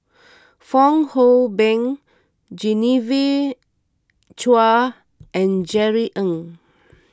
Fong Hoe Beng Genevieve Chua and Jerry Ng